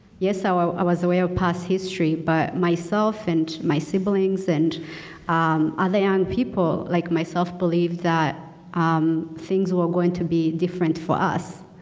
yes so i was aware of past history but myself and my siblings and other young people like myself believed that um things were going to be different for us.